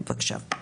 בבקשה.